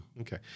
Okay